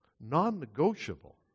non-negotiable